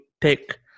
pick